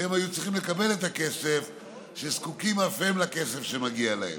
שהיו צריכים לקבל את הכסף וזקוקים אף הם לכסף שמגיע להם.